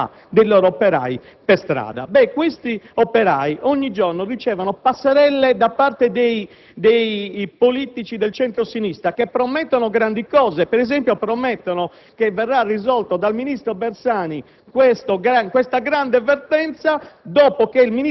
Legrer, che probabilmente - ripeto - metteranno per il momento metà dei loro operai per strada. Questi operai ogni giorno assistono a passerelle da parte dei politici del centro-sinistra, che promettono grandi cose. Per esempio, promettono